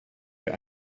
wir